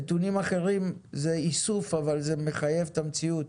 נתונים אחרים זה איסוף, אבל זה מחייב המציאות.